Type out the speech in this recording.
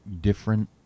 different